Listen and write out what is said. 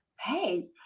hey